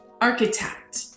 architect